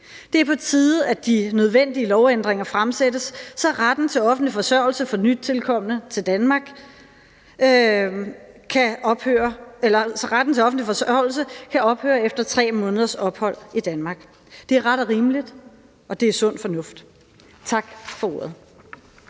Det er på tide, at de nødvendige lovændringer fremsættes, så retten til offentlig forsørgelse for nytilkomne til Danmark kan ophøre efter 3 måneders ophold i Danmark. Det er ret og rimeligt, og det er sund fornuft. Tak for ordet.